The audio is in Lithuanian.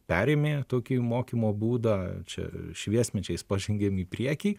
perėmė tokį mokymo būdą čia šviesmečiais pažengėm į priekį